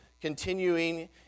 Continuing